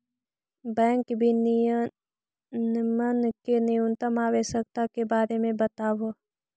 bank विनियमन के न्यूनतम आवश्यकता के बारे में बतावऽ